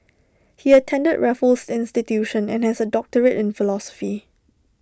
he attended Raffles institution and has A doctorate in philosophy